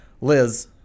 Liz